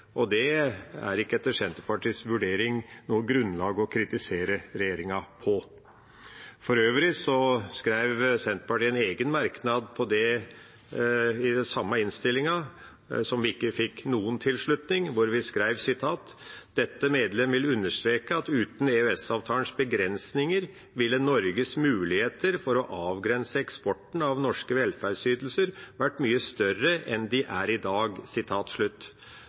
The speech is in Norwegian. Det er etter Senterpartiets vurdering ikke noe grunnlag å kritisere regjeringa på. For øvrig skrev Senterpartiet en egen merknad om det i den samme innstillinga, som ikke fikk noen tilslutning. Vi skrev: «Dette medlem vil understreke at uten EØS-avtalens begrensninger ville Norges muligheter for å avgrense eksporten av norske velferdsytelser vært mye større enn de er i dag.»